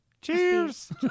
Cheers